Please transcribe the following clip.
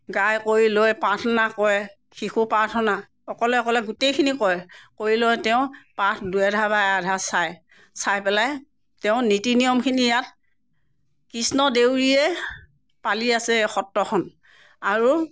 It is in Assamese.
গাই কৰি লৈ প্ৰাৰ্থনা কৰে শিশু প্ৰাৰ্থনা অকলে অকলে গোটেইখিনি কৰে কৰি লৈ তেওঁ পাঠ দুই আধ্যায় বা এক আধ্যায় চায় চাই পেলাই তেওঁ নীতি নিয়মখিনি ইয়াত কৃষ্ণ দেউৰীয়ে পালি আছে সত্ৰখন আৰু